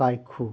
ꯀꯥꯏꯀꯨ